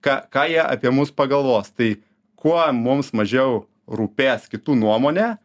ką ką jie apie mus pagalvos tai kuo mums mažiau rūpės kitų nuomonė